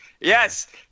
Yes